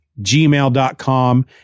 gmail.com